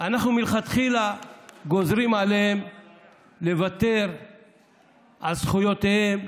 אנחנו מלכתחילה גוזרים עליהם לוותר על זכויותיהם.